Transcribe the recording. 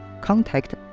contact